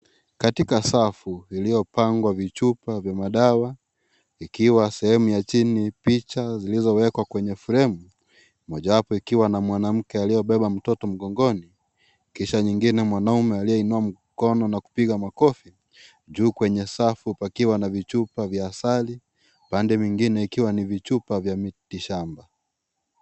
Katika safu iliyopangwa vichupa vya madawa, ikiwa sehemu ya chini ni picha zilizowekwa kwenye fremu. Mojawapo ikiwa na mwanamke aliyebeba mtoto mgongoni, kisha nyingine mwanaume aliyeinua mkono na kupiga makofi, juu kwenye safu pakiwa na vichupa vya asali, upande mwingine ikiwa ni vichupa vya miti shamba.